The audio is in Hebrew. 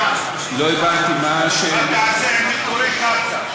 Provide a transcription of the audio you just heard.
--- לא הבנתי מה השאלה --- מה תעשה עם נטורי קרתא?